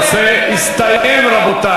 ההצעה תועבר לוועדת הכנסת,